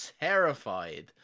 terrified